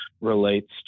relates